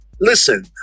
listen